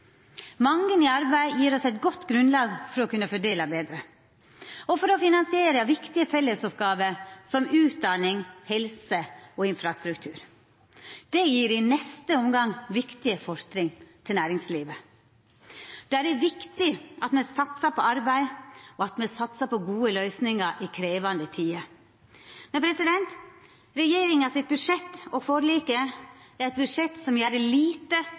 Mange i arbeid gjev oss eit godt grunnlag for å kunna fordela betre og for å finansiera viktige fellesoppgåver som utdanning, helse og infrastruktur. Det gjev i neste omgang viktige fortrinn til næringslivet. Det er viktig at me satsar på arbeid og at me satsar på gode løysingar i krevjande tider. Regjeringa sitt budsjett og forliket gjer lite for arbeidsløysa, lite for framtida, men masse for å auka forskjellane. Det manglar tiltak for dei som